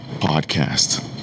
podcast